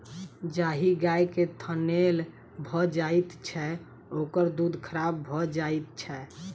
जाहि गाय के थनैल भ जाइत छै, ओकर दूध खराब भ जाइत छै